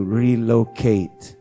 relocate